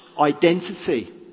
identity